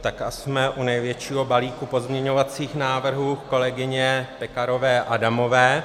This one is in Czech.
Tak a jsme u největšího balíku pozměňovacích návrhů kolegyně Pekarové Adamové.